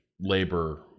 labor